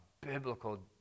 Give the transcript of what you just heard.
biblical